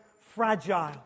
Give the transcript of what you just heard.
fragile